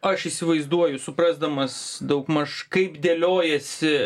aš įsivaizduoju suprasdamas daugmaž kaip dėliojasi